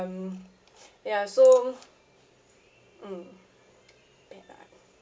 um ya so mm eh I